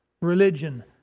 religion